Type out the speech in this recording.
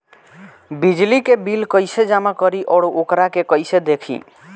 बिजली के बिल कइसे जमा करी और वोकरा के कइसे देखी?